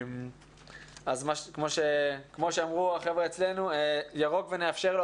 אז כמו שאמרו אצלנו: ירוק ונאפשר לו,